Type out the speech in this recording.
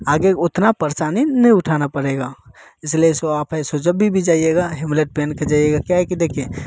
आगे उतना परेशानी नहीं उठाना पड़ेगा इसलिए ऐसो आप है ऐसो जबी भी जाइएगा हेलमेट पहन के जाइएगा क्या है देखिए